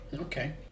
Okay